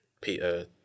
Peter